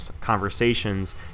conversations